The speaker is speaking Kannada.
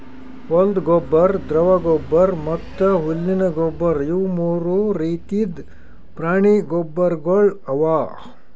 ಹೊಲ್ದ ಗೊಬ್ಬರ್, ದ್ರವ ಗೊಬ್ಬರ್ ಮತ್ತ್ ಹುಲ್ಲಿನ ಗೊಬ್ಬರ್ ಇವು ಮೂರು ರೀತಿದ್ ಪ್ರಾಣಿ ಗೊಬ್ಬರ್ಗೊಳ್ ಅವಾ